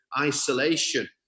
isolation